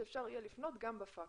שיהיה אפשר לפנות גם בפקס.